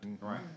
Right